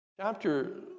chapter